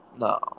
No